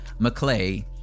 McClay